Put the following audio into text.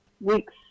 weeks